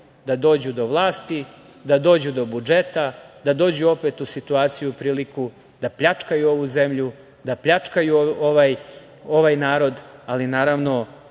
da dođu do vlasti, da dođu do budžeta, da dođu opet u situaciju i priliku da pljačkaju ovu zemlju, da pljačkaju ovaj narod, ali naravno,